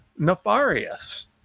nefarious